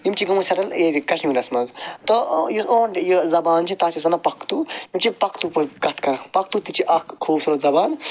یِم چھِ گٔمٕتۍ سیٹٕل ییٚتہِ کشمیٖرس منٛز تہٕ یُس اُہُنٛد زبان چھِ تتھ چھِ أسۍ ونان پختو یِم چھِ پختو پٲٹھۍ کتھ کران پختو تہِ چھِ اکھ خوٗبصوٗرت زبان